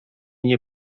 nie